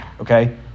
Okay